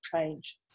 change